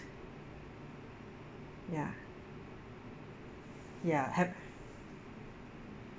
ya ya have